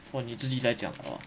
for 你自己在讲的 lor